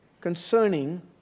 concerning